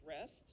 rest